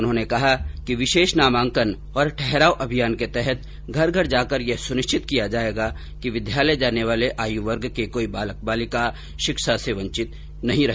उन्होंने कहा कि विशेष नामांकन और ठहराव अभियान के तहत घर घर जाकर यह सुनिश्चित किया जाएगा कि विद्यालय जाने वाले आयु वर्ग के कोई बालक बालिका शिक्षा से वंचित नहीं रहे